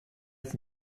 sind